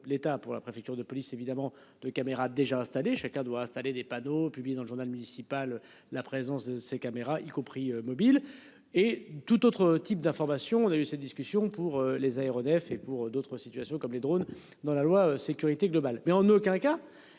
l'État pour la préfecture de police évidemment de caméras déjà installées, chacun doit installer des panneaux publié dans le journal municipal. La présence de ces caméras y compris mobiles. Et tout autre type d'information, on a eu cette discussion pour les aéronefs et pour d'autres situations comme les drônes dans la loi sécurité globale mais en aucun cas.